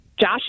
Josh